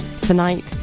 Tonight